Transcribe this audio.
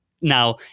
now